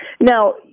Now